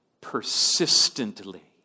persistently